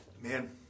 Man